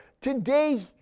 Today